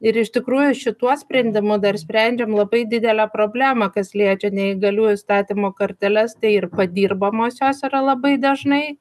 ir iš tikrųjų šituo sprendimu dar sprendžiam labai didelę problemą kas liečia neįgaliųjų statymo korteles tai ir padirbamos jos yra labai dažnai